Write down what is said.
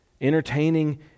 Entertaining